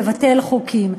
לבטל חוקים.